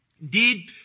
Indeed